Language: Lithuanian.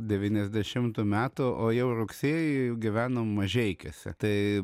devyniasdešimtų metų o jau rugsėjį gyvenom mažeikiuose tai